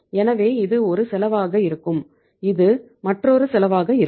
எனவே இது ஒரு செலவாக இருக்கும் இது மற்றொரு செலவாக இருக்கும்